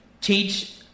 teach